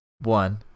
one